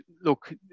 Look